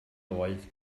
oedd